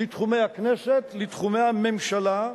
לתחומי הכנסת, לתחומי הממשלה.